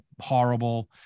horrible